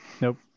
nope